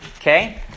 okay